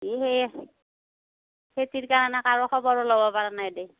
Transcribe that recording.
এই সেয়ে খেতিৰ কাৰণে কাৰো খবৰো ল'ব পৰা নাই দেই